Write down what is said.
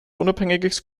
unabhängiges